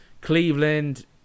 Cleveland